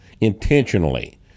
intentionally